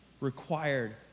required